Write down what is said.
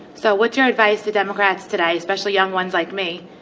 so what's your advice to democrats today, especially young ones like me,